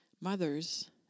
Mothers